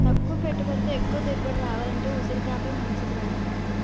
తక్కువ పెట్టుబడితో ఎక్కువ దిగుబడి రావాలంటే ఉసిరికాపే మంచిదిరా